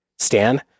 Stan